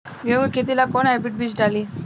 गेहूं के खेती ला कोवन हाइब्रिड बीज डाली?